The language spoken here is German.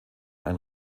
ein